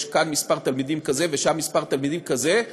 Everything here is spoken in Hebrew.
יש כאן מספר תלמידים כזה ושם מספר תלמידים כזה,